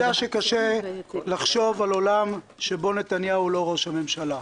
אני יודע שקשה לחשוב על עולם שבו נתניהו אינו ראש הממשלה,